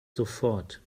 sofort